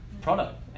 product